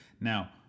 Now